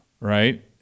right